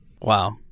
wow